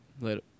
Later